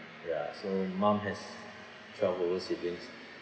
ya so mom has twelve over siblings